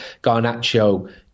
Garnaccio